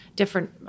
different